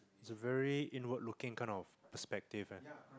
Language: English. it's a very inward looking kind of perspective and